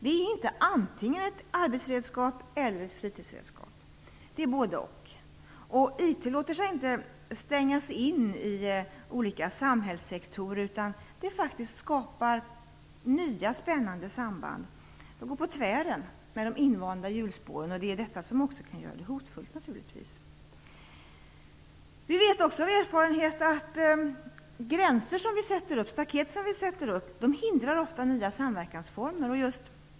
IT är inte antingen ett arbetsredskap eller ett fritidsredskap, utan både-och. IT kan inte stängas in i olika samhällssektorer utan skapar faktiskt nya spännande samband. IT går på tvären, inte i de invanda hjulspåren. Detta kan naturligtvis göra informationstekniken till något hotfullt. Vi vet också av erfarenhet att de gränser som vi sätter upp ofta hindrar nya samverkansformer.